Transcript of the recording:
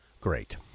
Great